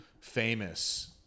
famous